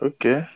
Okay